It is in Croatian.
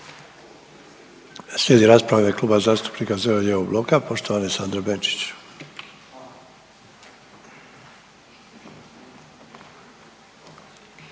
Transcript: Slijedi rasprava u ime Kluba zastupnika zeleno-lijevog bloka, poštovane Sandre Benčić.